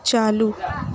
چالو